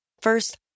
First